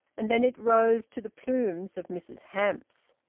and then it rose to the plumes of mrs hamps.